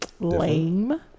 lame